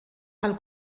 pel